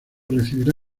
recibirá